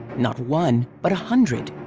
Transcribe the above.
not one, but a hundred!